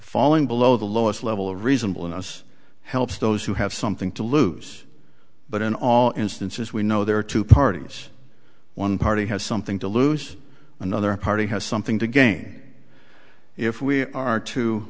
falling below the lowest level of reasonable in us helps those who have something to lose but in all instances we know there are two parties one party has something to lose another party has something to gain if we are to